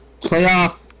playoff